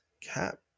cap